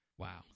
Wow